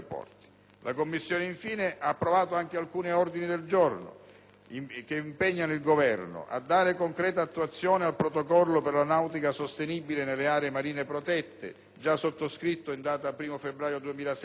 La Commissione, infine, ha approvato un ordine del giorno volto ad impegnare il Governo a dare concreta attuazione al «Protocollo per la nautica sostenibile nelle aree marine protette», sottoscritto in data 1° febbraio 2007;